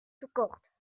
verkocht